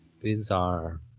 Bizarre